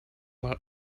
out